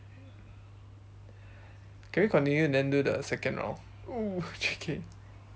can we continue then do the second round !ooh! J_K